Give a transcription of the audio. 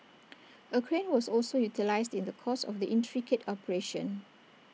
A crane was also utilised in the course of the intricate operation